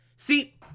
See